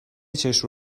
چشم